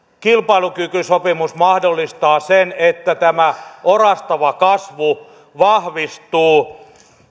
kilpailukykysopimus mahdollistaa sen että tämä orastava kasvu vahvistuu